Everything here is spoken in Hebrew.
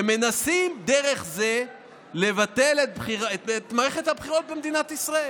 ומנסים דרך זה לבטל את מערכת הבחירות במדינת ישראל.